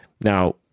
Now